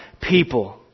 people